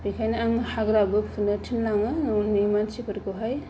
बेखायनो आं हाग्राबो फुनो थिनलाङो न'नि मानसिफोरखौहाय